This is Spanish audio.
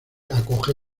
acoge